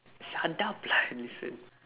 shut up lah listen